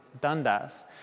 Dundas